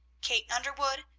kate underwood,